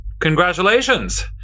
Congratulations